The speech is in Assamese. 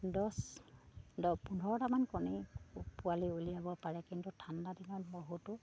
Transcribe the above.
দছ দ পোন্ধৰটামান কণী পোৱালি উলিয়াব পাৰে কিন্তু ঠাণ্ডা দিনত বহুতো